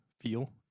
feel